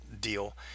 deal